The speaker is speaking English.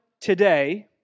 today